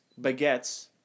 Baguettes